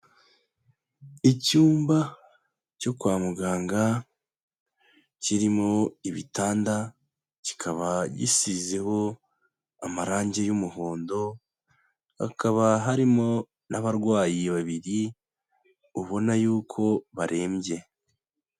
Icyumba cyo kwa muganga kirimo ibitanda, kikaba gisizeho amarangi y'umuhondo, hakaba harimo n'abarwayi babiri ubona y'uko barembye.